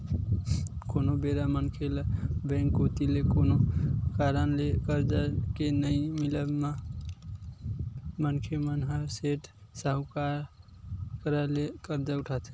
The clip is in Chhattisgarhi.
कोनो बेरा मनखे ल बेंक कोती ले कोनो कारन ले करजा के नइ मिलब म मनखे मन ह सेठ, साहूकार करा ले करजा उठाथे